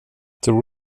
tror